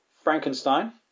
Frankenstein